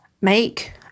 make